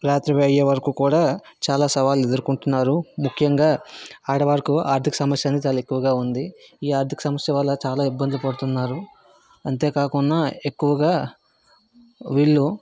రాత్రి అయ్యే వరకు కూడా చాలా సవాళ్లు ఎదుర్కొంటున్నారు ముఖ్యంగా ఆడవారుకు ఆర్థిక సమస్య అనేది చాలా ఎక్కువగా ఉంది ఈ ఆర్థిక సమస్య వల్ల చాలా ఇబ్బందులు పడుతున్నారు అంతేకాకున్న ఎక్కువగా వీళ్ళు